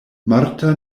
marta